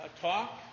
talk